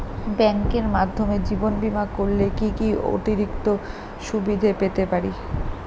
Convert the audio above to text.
ব্যাংকের মাধ্যমে জীবন বীমা করলে কি কি অতিরিক্ত সুবিধে পেতে পারি?